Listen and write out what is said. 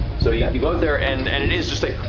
so yeah you go out there and and it is just a